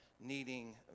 needing